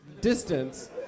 distance